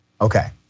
okay